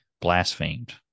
blasphemed